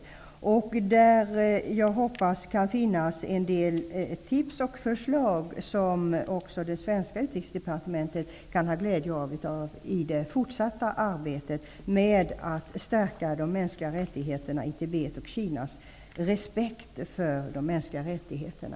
Jag hoppas att det i detta uttalande skall finnas en del tips och förslag, som även det svenska utrikesdepartementet kan ha glädje av i det fortsatta arbetet med att stärka respekten för de mänskliga rättigheterna i Tibet och Kina.